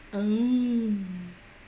mm